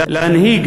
להנהיג,